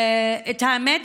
את האמת,